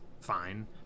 fine